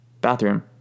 bathroom